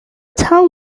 town